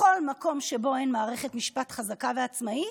בכל מקום שבו אין מערכת משפט חזקה ועצמאית,